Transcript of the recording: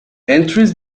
entries